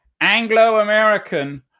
Anglo-American